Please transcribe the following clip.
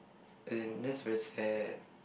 as in that's very sad